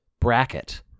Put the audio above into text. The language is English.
bracket